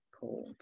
Cool